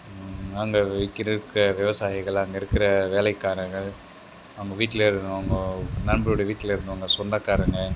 அங்கே விற்கிற விவசாயிகள் அங்கே இருக்கிற வேலைக்காரர்கள் அவங்க வீட்டில் இருக்க அவங்க நண்பருடைய வீட்டில் இருந்தவங்க சொந்தக்காரங்க